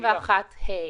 אני